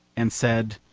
and said,